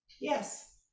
yes